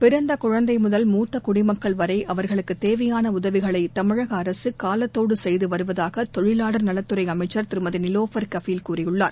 பிறந்த குழந்தை முதல் மூத்த குடிமக்கள் வரை அவர்களுக்கு தேவையான உதவிகளை தமிழக அரசு காலத்தோடு செய்து வருவதாக தொழிலாளர் நலத்துறை அமைச்சர் திருமதி நிலோஃபர் கபீல் கூறியுள்ளார்